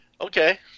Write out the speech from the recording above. Okay